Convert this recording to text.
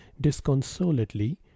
disconsolately